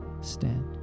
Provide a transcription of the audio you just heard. stand